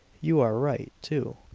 you are right, too.